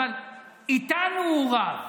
אבל איתנו הוא רב,